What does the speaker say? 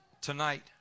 tonight